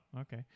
okay